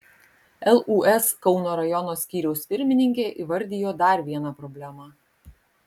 lūs kauno rajono skyriaus pirmininkė įvardijo dar vieną problemą